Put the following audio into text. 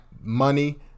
money